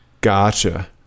gotcha